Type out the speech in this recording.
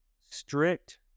strict